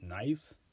nice